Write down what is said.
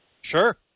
Sure